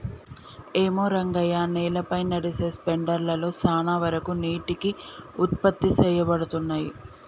ఏమో రంగయ్య నేలపై నదిసె స్పెండర్ లలో సాన వరకు నీటికి ఉత్పత్తి సేయబడతున్నయి